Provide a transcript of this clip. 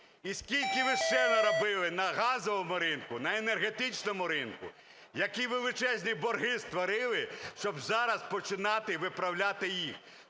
І скільки ви ще наробили на газовому ринку, на енергетичному ринку! Які величезні борги створили, щоб зараз починати виправляти їх.